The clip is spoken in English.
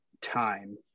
time